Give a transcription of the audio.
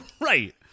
Right